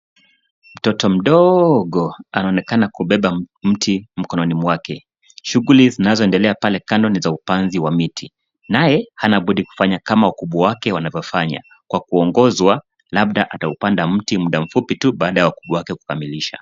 Mtoto mdogo anaonekana kubeba mti mkononi mwake. Anaendelea palepale kwenye upanzi wa miti. Pia, anajaribu kufanya kama wakubwa wanavyofanya. Kwa kuongozwa, labda ataupanda mti kwa muda mfupi baada ya wakubwa kukamilisha.